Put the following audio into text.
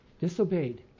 disobeyed